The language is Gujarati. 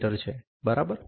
મી છે બરાબર